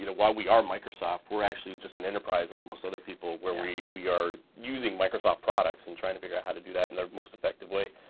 you know, while we are microsoft, we're actually just an enterprise like most other people. where we we are using microsoft products and trying to figure out how to do that in their most effective way.